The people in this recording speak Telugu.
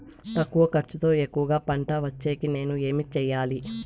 తక్కువ ఖర్చుతో ఎక్కువగా పంట వచ్చేకి నేను ఏమి చేయాలి?